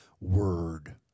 word